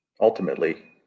Ultimately